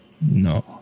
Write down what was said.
No